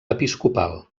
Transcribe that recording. episcopal